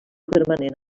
permanent